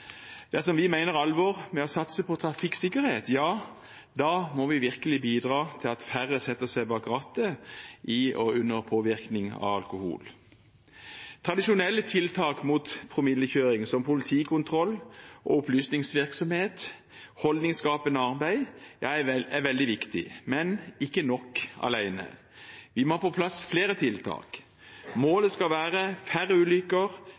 mange. Dersom vi mener alvor med å satse på trafikksikkerhet, må vi virkelig bidra til at færre setter seg bak rattet under påvirkning av alkohol. Tradisjonelle tiltak mot promillekjøring, som politikontroll, opplysningsvirksomhet og holdningsskapende arbeid, er veldig viktig, men ikke nok alene. Vi må ha på plass flere tiltak. Målet skal være færre ulykker,